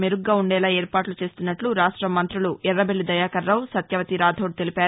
మెరుగ్గా ఉండేలా ఏర్పాట్లు చేస్తున్నట్ట రాష్ట మంతులు ఎర్రఒెల్లి దయాకర్రావు సత్యవతి రాథోడ్ తెలిపారు